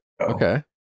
Okay